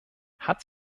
hat